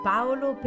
Paolo